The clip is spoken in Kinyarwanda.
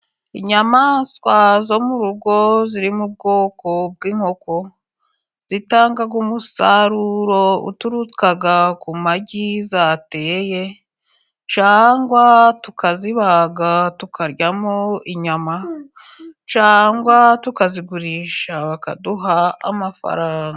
Inyamaswa zo mu rugo ziri mu bwoko bw'inkoko， zitanga umusaruro， uturuka ku magi zateye， cyangwa tukazibaga tukaryamo inyama， cyangwa tukazigurisha bakaduha amafaranga.